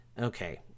Okay